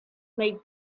make